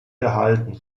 gehalten